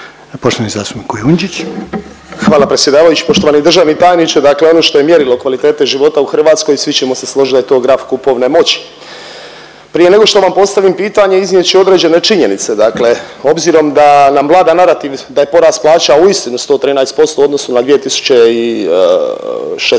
Ante (MOST)** Hvala predsjedavajući. Poštovani državni tajniče. Dakle, ono što je mjerilo kvalitete života u Hrvatskoj svi ćemo se složiti da je to graf kupovne moći. Prije nego što vam postavim pitanje iznijet ću određene činjenice, dakle obzirom da nam vlada narativ da je porast plaća uistinu 113% u odnosu na 2016.